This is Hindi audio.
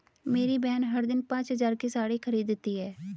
मेरी बहन हर दिन पांच हज़ार की साड़ी खरीदती है